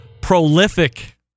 prolific